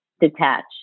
detach